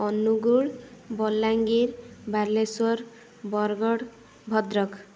Angul Balangir Balasore Bargarh Bhadrak